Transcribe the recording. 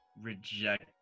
reject